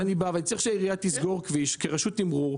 כשאני בא וצריך שהעירייה תסגור כביש כרשות ערעור,